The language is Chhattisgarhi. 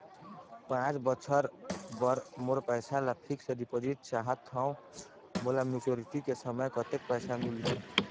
पांच बछर बर मोर पैसा ला फिक्स डिपोजिट चाहत हंव, मोला मैच्योरिटी के समय कतेक पैसा मिल ही?